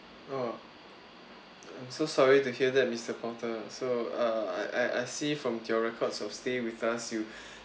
oh I'm so sorry to hear that mister porter so uh I I see from your records of stay with us you